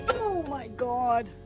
oh, my god.